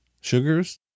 sugars